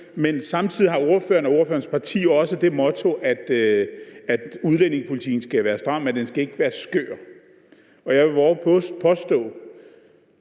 Men samtidig har ordføreren og ordførerens parti også det motto, at udlændingepolitikken udover at være stram ikke skal være skør. Hvis ordføreren